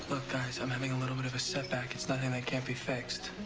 look, guys. i'm having a little bit of a setback. it's nothing that can't be fixed.